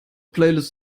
playlist